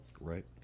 right